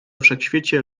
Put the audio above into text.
wszechświecie